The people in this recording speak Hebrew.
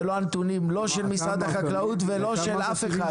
זה לא הנתונים, לא של משרד החקלאות ולא של אף אחד.